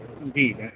indeed